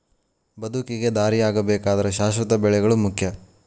ಬದುಕಿಗೆ ದಾರಿಯಾಗಬೇಕಾದ್ರ ಶಾಶ್ವತ ಬೆಳೆಗಳು ಮುಖ್ಯ